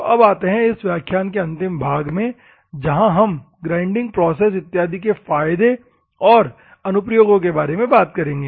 तो अब आते हैं इस व्याख्यान के अंतिम भाग में जहां हम ग्राइंडिंग प्रोसेस इत्यादि के फायदे और अनुप्रयोगों के बारे में बात करेंगे